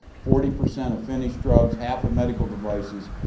forty percent of finished drugs, half of medical devices,